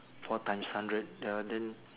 four times hundred ya then